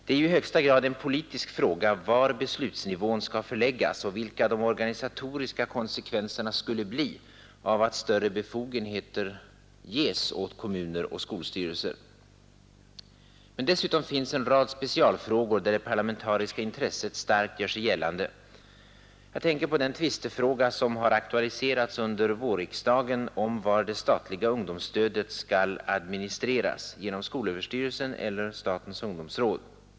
Det är ju i högsta grad en politisk fråga var beslutsnivån skall förläggas och vilka de organisatoriska konsekvenserna skulle bli av att större befogenheter ges åt kommuner och skolstyrelser. Men dessutom finns en rad specialfrågor där det parlamentariska intresset starkt gör sig gällande. Jag tänker på den tvistefråga som har aktualiserats under vårriksdagen om var det statliga ungdomsstödet skall administreras: genom skolöverstyrelsen eller genom statens ungdomsråd.